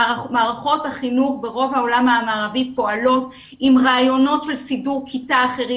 מערכות החינוך ברוב העולם המערבי פועלות עם רעיונות של סידור כיתה אחר,